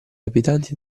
abitanti